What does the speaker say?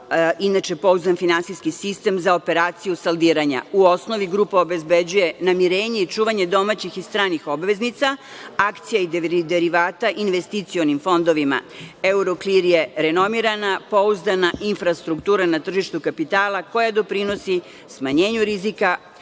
inače pouzdan finansijski sistem za operaciju saldiranja. U osnovi grupa obezbeđuje namirenje i čuvanje domaćih i stranih obveznica, akcija i derivata investicionim fondovima. "Euroclear" je renomirana, pouzdana infrastruktura na tržištu kapitala koja doprinosi smanjenju rizika,